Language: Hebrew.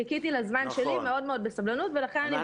חיכיתי לזמן שלי מאוד מאוד בסבלנות ולכן אני מבקשת.